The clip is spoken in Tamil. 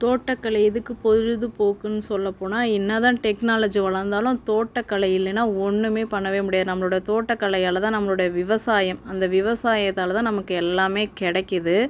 தோட்டக்கலை எதுக்கு பொழுதுபோக்குன்னு சொல்லப்போனா என்னதான் டெக்னாலஜி வளர்ந்தாலும் தோட்டக்கலை இல்லைன்னா ஒன்றுமே பண்ணவே முடியாது நம்மளோட தோட்டக்கலையால் தான் நம்மளுடைய விவசாயம் அந்த விவசாயத்தால் தான் நமக்கு எல்லாமே கிடைக்கிது